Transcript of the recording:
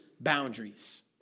boundaries